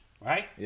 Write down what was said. Right